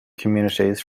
communities